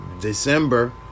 December